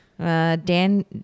Dan